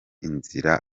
inzira